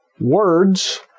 Words